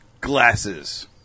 Glasses